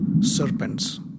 serpents